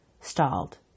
stalled